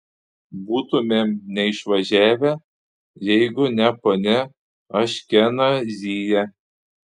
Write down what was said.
būtumėm neišvažiavę jeigu ne ponia aškenazyje